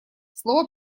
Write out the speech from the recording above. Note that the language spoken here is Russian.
слово